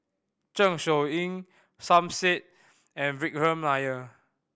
Zeng Shouyin Som Said and Vikram Nair